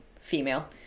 female